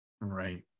right